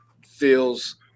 feels